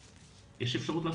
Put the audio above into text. לוועדה וזה מופיע גם בצ'ט,